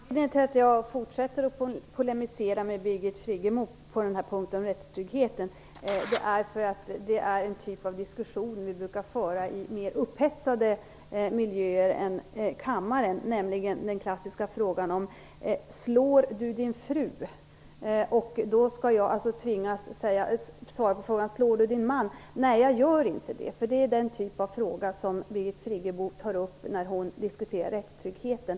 Herr talman! Anledningen till att jag fortsätter att polemisera mot Birgit Friggebo om rättstryggheten är att den typen av diskussion brukar föras i mer upphetsade miljöer än kammaren. Den klassiska frågan är: Slår du din fru? Jag skulle alltså tvingas svara på frågan om jag slår min man. Nej, jag gör inte det. Den typen av fråga ställer Birgit Friggebo när hon diskuterar rättstryggheten.